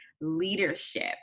leadership